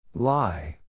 Lie